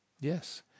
Yes